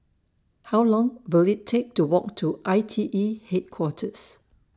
How Long Will IT Take to Walk to I T E Headquarters